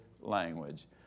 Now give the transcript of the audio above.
language